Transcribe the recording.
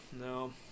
No